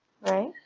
Right